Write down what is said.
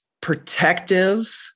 protective